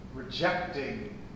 Rejecting